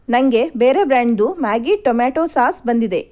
ನನಗೆ ಬೇರೆ ಬ್ರ್ಯಾಂಡ್ದು ಮ್ಯಾಗಿ ಟೊಮ್ಯಾಟೋ ಸಾಸ್ ಬಂದಿದೆ